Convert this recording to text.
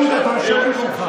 לך.